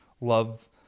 love